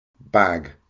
bag